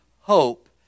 hope